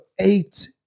eight